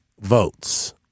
votes